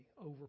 over